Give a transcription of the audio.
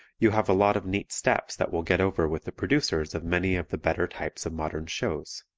you have a lot of neat steps that will get over with the producers of many of the better types of modern shows.